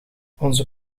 onze